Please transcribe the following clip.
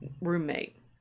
roommate